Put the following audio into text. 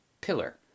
pillar